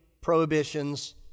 prohibitions